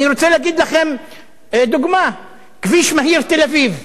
אני רוצה לתת לכם דוגמה: כביש מהיר תל-אביב,